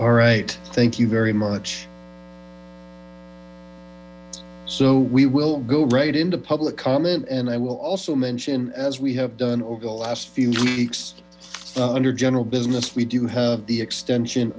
all right thank you very much so we will go right into public comment and i will also mention as we have done over the last few weeks one hundred general business we do have the extension